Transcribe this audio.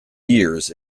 years